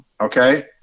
Okay